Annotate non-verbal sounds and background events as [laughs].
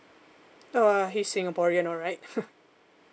oh uh he's singaporean alright [laughs]